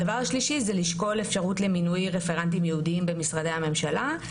הדבר השלישי זה לשקול אפשרות למינוי רפרנטים ייעודיים במשרדי הממשלה.